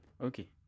Okay